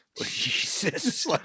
Jesus